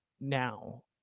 now